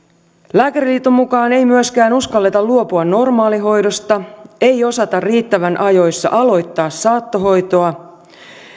lääkäriliiton mukaan ei myöskään uskalleta luopua normaalihoidosta ei osata riittävän ajoissa aloittaa saattohoitoa